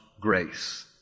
grace